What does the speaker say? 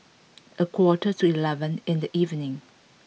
a quarter to eleven in the evening